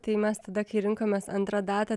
tai mes tada kai rinkomės antrą datą